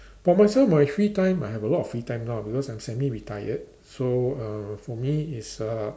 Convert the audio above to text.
but myself my free time I have a lot of free time now because I'm semi-retired so uh for me it's uh